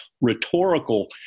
rhetorical